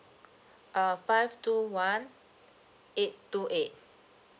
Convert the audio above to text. uh five two one eight two eight